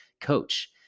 coach